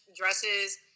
dresses